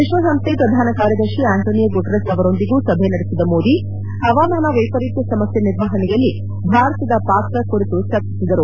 ವಿಶ್ವಸಂಸ್ಥೆ ಪ್ರಧಾನ ಕಾರ್ಯದರ್ಶಿ ಆಂಟೊನಿಯೋ ಗ್ಯುಟಿರಸ್ ಅವರೊಂದಿಗೂ ಸಭೆ ನಡೆಸಿದ ಮೋದಿ ಹವಾಮಾನ ವೈಪರೀತ್ಯ ಸಮಸ್ಯೆ ನಿರ್ವಹಣೆಯಲ್ಲಿ ಭಾರತದ ಪಾತ್ರ ಕುರಿತು ಚರ್ಚಿಸಿದರು